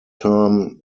term